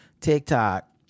TikTok